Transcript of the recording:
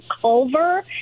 Culver